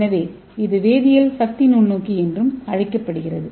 எனவே இது வேதியியல் சக்தி நுண்ணோக்கி என அழைக்கப்படுகிறது